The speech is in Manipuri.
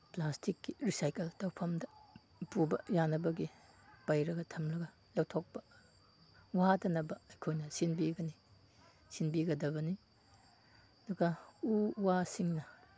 ꯄ꯭ꯂꯥꯁꯇꯤꯛꯀꯤ ꯔꯤꯁꯥꯏꯀꯜ ꯇꯧꯐꯝꯗ ꯄꯨꯕ ꯌꯥꯅꯕꯒꯤ ꯄꯩꯔꯒ ꯊꯝꯂꯒ ꯂꯧꯊꯣꯛꯄ ꯋꯥꯗꯅꯕ ꯑꯩꯈꯣꯏꯅ ꯁꯤꯟꯕꯤꯒꯅꯤ ꯁꯤꯟꯕꯤꯒꯗꯕꯅꯤ ꯑꯗꯨꯒ ꯎꯋꯥꯁꯤꯡꯅ